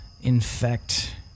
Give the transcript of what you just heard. infect